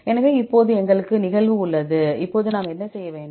எனவே இப்போது எங்களுக்கு நிகழ்வு உள்ளது இப்போது நாம் என்ன செய்ய வேண்டும்